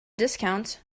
discount